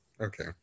okay